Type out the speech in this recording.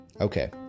Okay